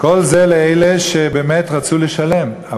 כל זה לאלה שבאמת רצו לשלם.